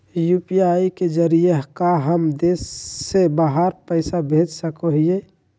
UPI के जरिए का हम देश से बाहर पैसा भेज सको हियय?